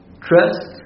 Trust